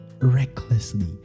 recklessly